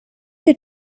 you